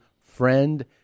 friend